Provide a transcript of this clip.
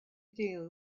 deal